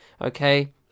Okay